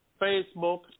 Facebook